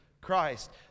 Christ